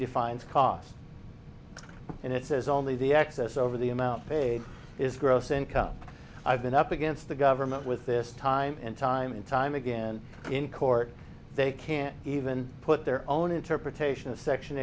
defines cost and it says only the excess over the amount paid is gross income i've been up against the government with this time and time and time again in court they can't even put their own interpretation of section